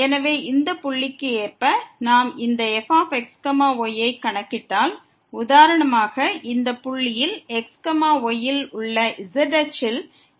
எனவே இந்த புள்ளிக்கு ஏற்ப நாம் இந்த fxy யை கணக்கிட்டால் உதாரணமாக இந்த புள்ளியில் xy இல் உள்ள z அச்சில் இந்த உயரம் இருக்கிறது